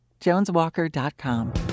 JonesWalker.com